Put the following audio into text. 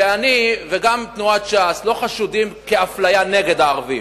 שאני וגם תנועת ש"ס לא חשודים באפליה נגד הערבים.